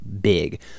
big